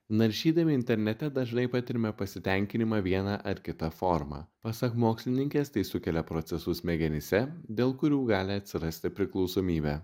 naršydami internete dažnai patiriame pasitenkinimą vieną ar kitą formą pasak mokslininkės tai sukelia procesus smegenyse dėl kurių gali atsirasti priklausomybė